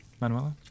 Manuela